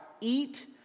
eat